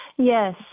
Yes